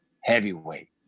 heavyweight